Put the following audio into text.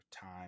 time